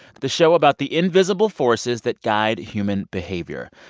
the show about the invisible forces that guide human behavior.